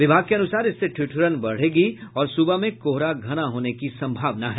विभाग के अनुसार इससे ठिठुरन बढ़ेगी और सुबह में कोहरा घना होने की संभावना है